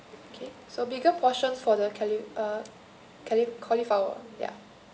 so bigger portion for the cauli~ uh cauli~ cauliflower ya